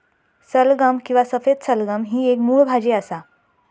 सलगम किंवा सफेद सलगम ही एक मुळ भाजी असा